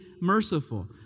merciful